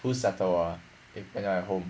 who settled ah if he not at home